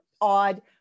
odd